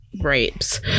rapes